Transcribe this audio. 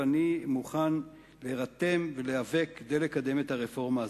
ואני מוכן להירתם ולהיאבק כדי לקדם את הרפורמה הזאת.